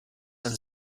and